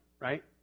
right